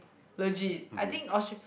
legit I think Austra~